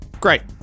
Great